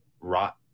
rot